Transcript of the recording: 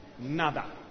Nada